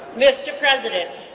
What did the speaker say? mr. president.